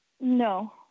No